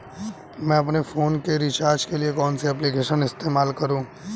मैं अपने फोन के रिचार्ज के लिए कौन सी एप्लिकेशन इस्तेमाल करूँ?